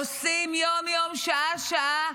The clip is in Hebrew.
עושים יום-יום, שעה-שעה,